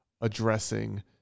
addressing